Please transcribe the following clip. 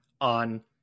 on